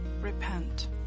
repent